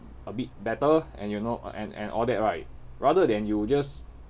a bit better and you know and and all that right rather than you just